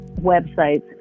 websites